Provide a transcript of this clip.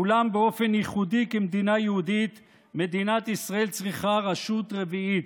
אולם באופן ייחודי כמדינה יהודית מדינת ישראל צריכה רשות רביעית,